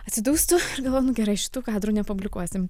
atsidūstu galvoju nu gerai šitų kadrų nepublikuosim